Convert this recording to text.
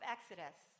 Exodus